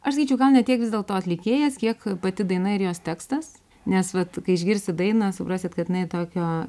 aš sakyčiau gal ne tiek vis dėlto atlikėjas kiek pati daina ir jos tekstas nes vat kai išgirsit dainą suprasit kad jinai tokio